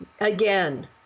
again